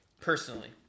personally